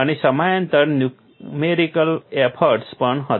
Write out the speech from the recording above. અને સમાંતર numerical effort પણ હતો